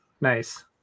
Nice